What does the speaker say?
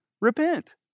Repent